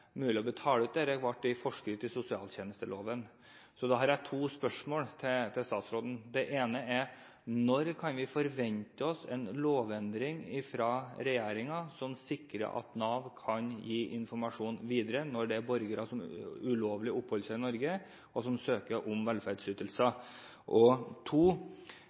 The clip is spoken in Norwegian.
mulig å utbetale dette, ligger i forskriften til sosialtjenesteloven. Da har jeg to spørsmål til statsråden. Det ene er: Når kan vi forvente oss en lovendring fra regjeringen som sikrer at Nav kan gi informasjon videre når det er borgere som ulovlig oppholder seg i Norge, og som søker om velferdsytelser? Og